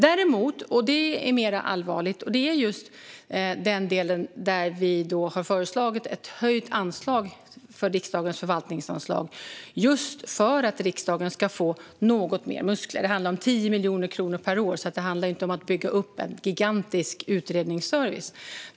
Däremot, och det är mer allvarligt, har vi delen där vi föreslagit ett höjt anslag för riksdagens förvaltning just för att riksdagen ska få något mer muskler. Det handlar om 10 miljoner kronor per år, så det handlar inte om att bygga upp en gigantisk utredningsservice.